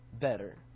better